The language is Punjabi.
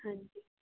ਹਾਂਜੀ